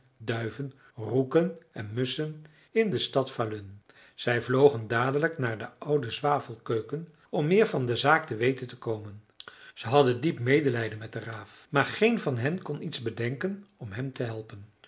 duiven roeken en musschen in de stad falun zij vlogen dadelijk naar de oude zwavelkeuken om meer van de zaak te weten te komen ze hadden diep medelijden met de raaf maar geen van hen kon iets bedenken om hem te helpen